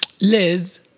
Liz